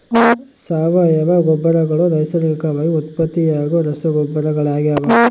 ಸಾವಯವ ಗೊಬ್ಬರಗಳು ನೈಸರ್ಗಿಕವಾಗಿ ಉತ್ಪತ್ತಿಯಾಗೋ ರಸಗೊಬ್ಬರಗಳಾಗ್ಯವ